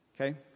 Okay